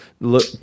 look